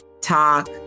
talk